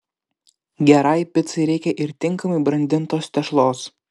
gerai picai reikia ir tinkamai brandintos tešlos